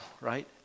right